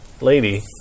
lady